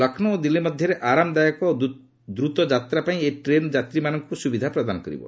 ଲକ୍ଷ୍ନୌ ଓ ଦିଲ୍ଲୀ ମଧ୍ୟରେ ଆରାମ ଦାୟକ ଓ ଦ୍ରତ ଯାତ୍ରା ପାଇଁ ଏହି ଟ୍ରେନ୍ ଯାତ୍ରୀମାନଙ୍କୁ ସୁବିଧା ପ୍ରଦାନ କରିବ